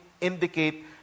indicate